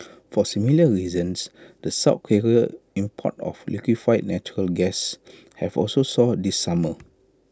for similar reasons the south Korea imports of liquefied natural gas have also soared this summer